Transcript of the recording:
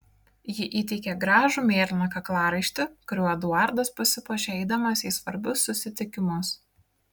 ji įteikė gražų mėlyną kaklaraištį kuriuo eduardas pasipuošia eidamas į svarbius susitikimus